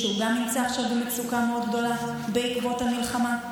שהוא גם נמצא עכשיו במצוקה מאוד גדולה בעקבות המלחמה?